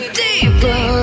deeper